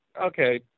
okay